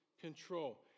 control